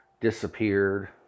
disappeared